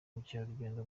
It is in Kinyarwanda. ubukerarugendo